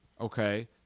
okay